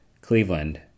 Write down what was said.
Cleveland